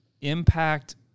impact